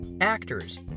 actors